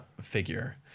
figure